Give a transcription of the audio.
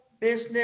business